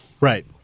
right